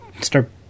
start